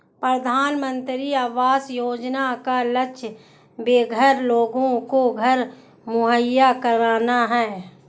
प्रधानमंत्री आवास योजना का लक्ष्य बेघर लोगों को घर मुहैया कराना है